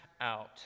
out